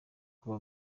kuba